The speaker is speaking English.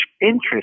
interest